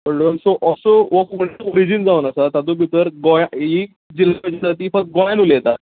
हो also also हो कोंकणीचो ओरिजीन जावन आसा तातूंत भितर गोंय ही दिल्लन जाती फक्त गोंयान उलयता